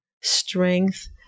strength